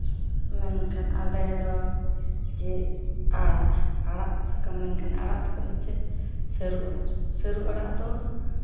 ᱢᱮᱱᱠᱷᱟᱱ ᱟᱞᱮ ᱫᱚ ᱡᱮ ᱟᱲᱟᱜ ᱟᱲᱟᱜ ᱥᱟᱠᱟᱢ ᱢᱮᱱᱠᱷᱟᱱ ᱟᱲᱟᱜ ᱥᱟᱠᱟᱢ ᱫᱚ ᱪᱮᱫ ᱥᱟᱹᱨᱩ ᱟᱲᱟᱜ ᱥᱟᱹᱨᱩ ᱟᱲᱟᱜ ᱫᱚ